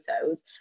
photos